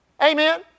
Amen